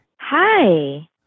Hi